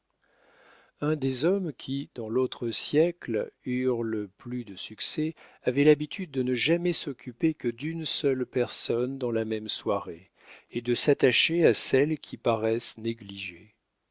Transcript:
un des hommes qui dans l'autre siècle eurent le plus de succès avait l'habitude de ne jamais s'occuper que d'une seule personne dans la même soirée et de s'attacher à celles qui paraissent négligées